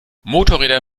motorräder